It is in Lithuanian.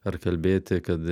ar kalbėti kad